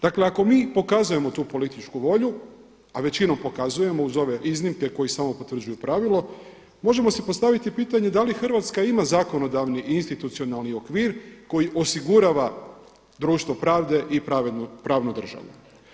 Dakle ako mi pokazujemo tu političku volju, a većinom pokazujemo uz ove iznimke koji samo potvrđuju pravilo, možemo si postaviti pitanje da li Hrvatska ima zakonodavni i institucionalni okvir koji osigurava društvo pravde i pravnu državu.